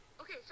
Okay